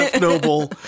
Noble